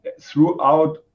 throughout